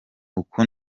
uku